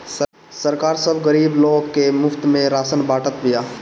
सरकार सब गरीब लोग के मुफ्त में राशन बांटत बिया